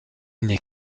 n’est